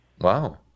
Wow